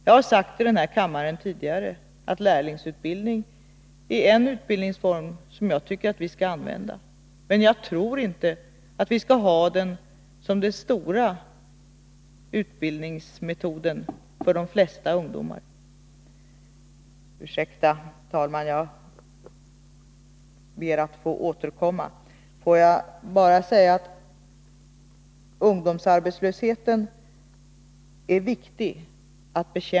Jag har sagt tidigare i den här kammaren att lärlingsutbildning är en utbildningsform som vi skall använda. Men jag tycker inte att vi skall ha den som den stora utbildningsmetoden för de flesta ungdomar. Det är viktigt att bekämpa ungdomsarbetslösheten.